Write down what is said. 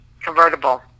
convertible